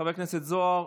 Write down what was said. חבר הכנסת זוהר,